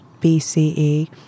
BCE